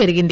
పెరిగింది